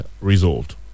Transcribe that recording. resolved